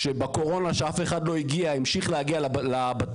שבקורונה כשאף אחד לא הגיע, המשיך להגיע לבתים.